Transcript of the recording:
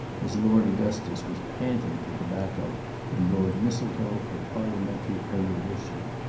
as lord augustus was panting for tobacco and lord mistletoe for parliamentary erudition.